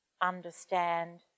understand